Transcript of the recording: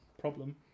problem